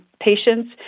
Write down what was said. patients